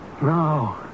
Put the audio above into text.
No